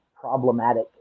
problematic